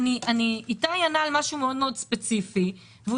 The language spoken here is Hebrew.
איתי ענה על משהו מאוד מאוד ספציפי והוא